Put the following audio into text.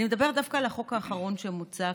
אני מדבר דווקא על החוק האחרון שמוצע,